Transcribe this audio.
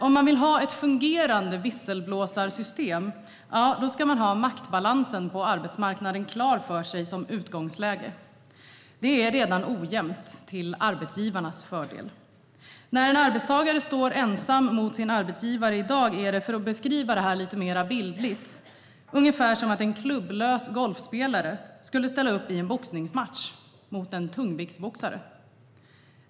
Om man vill ha ett fungerande visselblåsarsystem ska man dock, som utgångsläge, ha maktbalansen på arbetsmarknaden klar för sig. Det är redan ojämnt - till arbetsgivarnas fördel. När en arbetstagare i dag står ensam mot sin arbetsgivare är det, för att beskriva det lite mer bildligt, ungefär som att en klubblös golfspelare skulle ställa upp i en boxningsmatch, mot en tungviktsboxare.